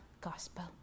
gospel